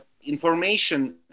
information